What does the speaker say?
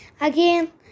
Again